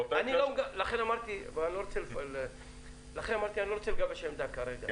לכן אמרתי שאני לא רוצה לגבש עמדה כרגע.